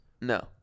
no